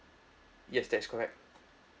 yes that is correct